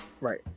Right